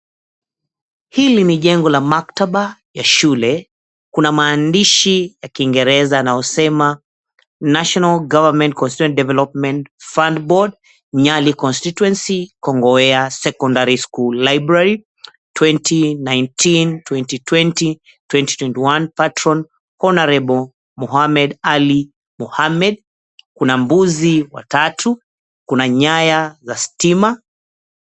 Hili ni jengo la maktaba ya shule, kuna maandishi ya kiingereza yanayosema National Government Constituency Development Fund Board, Nyali Constituency, Kongowea Secondary School Library, 2019, 2020, 2021. Patron Honourable Mohamed Ali Mohamed. Kuna mbuzi watatu, kuna nyaya za stima.